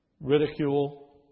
ridicule